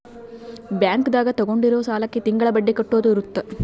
bank ದಾಗ ತಗೊಂಡಿರೋ ಸಾಲಕ್ಕೆ ತಿಂಗಳ ಬಡ್ಡಿ ಕಟ್ಟೋದು ಇರುತ್ತ